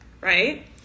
Right